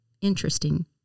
Interesting